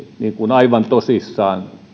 aivan tosissaan